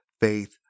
faith